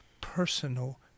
personal